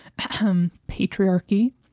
patriarchy